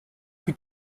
plus